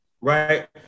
right